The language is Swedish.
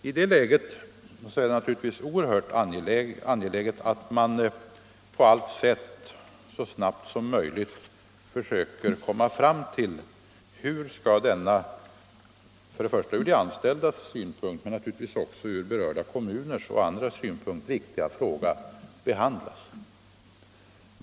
I det läget är det angeläget att man på allt sätt och så snabbt som möjligt försöker komma underfund med hur denna viktiga fråga bör behandlas, naturligtvis främst ur de anställdas synpunkt men också ur berörda kommuners och andra intressenters synpunkt.